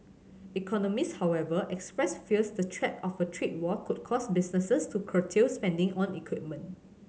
economists however expressed fears the threat of a trade war could cause businesses to curtail spending on equipment